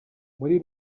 muri